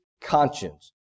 conscience